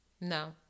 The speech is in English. no